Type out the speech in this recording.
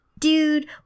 Dude